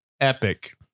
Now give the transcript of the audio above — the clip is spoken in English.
epic